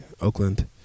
Oakland